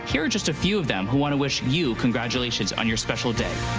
here are just a few of them who want to wish you congratulations on your special day.